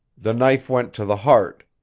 the knife went to the heart.